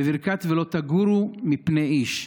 בברכת "לא תגורו מפני איש",